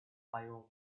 fayoum